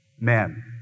men